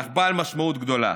אך בעל משמעות גדולה.